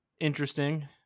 interesting